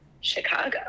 Chicago